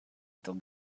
still